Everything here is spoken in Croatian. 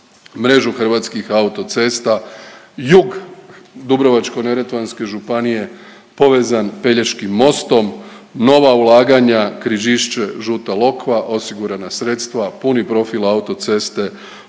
mrežu hrvatskih autocesta, jug Dubrovačko-neretvanske županije povezan Pelješkim mostom, nova ulaganja Križišće–Žuta Lokva osigurana sredstva, puni profil autoceste